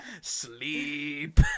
Sleep